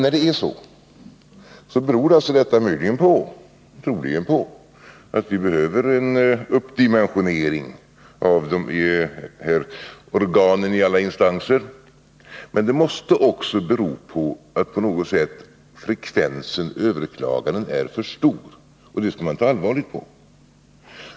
När det är så, beror detta troligen på att vi behöver en uppdimensionering av de här organen i alla instanser. Men det måste också bero på att frekvensen överklaganden är för stor. Det skall man ta allvarligt på.